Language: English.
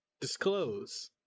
disclose